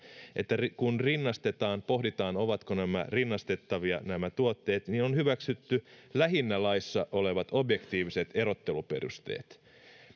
että kun rinnastetaan pohditaan ovatko nämä tuotteet rinnastettavia niin on hyväksytty lähinnä laissa olevat objektiiviset erotteluperusteet